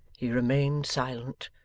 he remained silent,